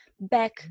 back